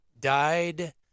died